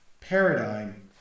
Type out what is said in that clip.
paradigm